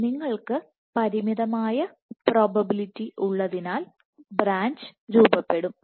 നിങ്ങൾക്ക് പരിമിതമായ പ്രോബബിലിറ്റി ഉള്ളതിനാൽ ബ്രാഞ്ച് രൂപപ്പെടും